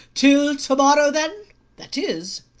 till to-morrow, then that is,